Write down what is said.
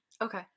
Okay